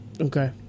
Okay